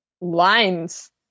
lines